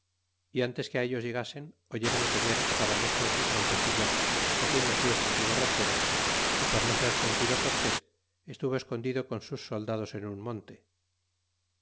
y antes que á ellos llegasen oyéron tañer atabalejos y trompetillas haciendo fiestas y borracheras y por no ser sentido cortés estuvo escondido con sus soldados en un monte